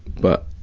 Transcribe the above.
but